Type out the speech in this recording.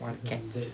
wild cats